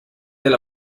del